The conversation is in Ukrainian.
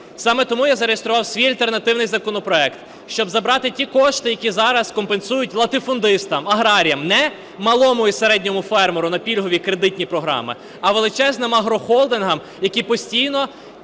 Саме тому я зареєстрував свій альтернативний законопроект, щоб забрати ті кошти, які зараз компенсують латифундистам, аграріям. Не малому і середньому фермеру на пільгові кредитні програми, а величезним агрохолдингам, які постійно